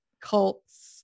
cults